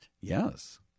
Yes